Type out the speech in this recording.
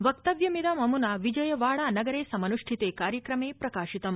वक्तव्यमिदं अम्ना विजयवाड़ा नगरे समन्ष्टिते कार्यक्रमे प्रकाशितम्